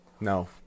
No